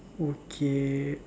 okay